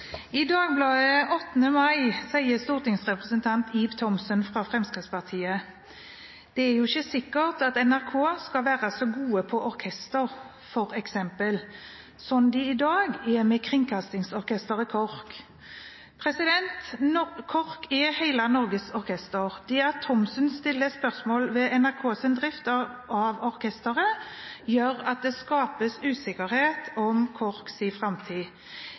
Fremskrittspartiet: «Det er jo ikke sikkert at NRK skal være så gode på orkestre, for eksempel, slik de i dag er med kringkastingsorkesteret.» KORK er hele Norges orkester. Det at Thomsen stiller spørsmål ved NRKs drift av orkesteret, gjør at det skapes usikkerhet om